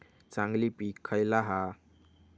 चांगली पीक खयला हा?